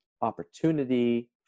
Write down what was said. opportunity